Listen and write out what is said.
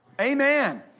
Amen